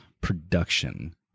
production